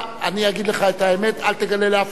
אני אגיד לך את האמת, אל תגלה לאף אחד: